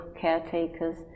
caretakers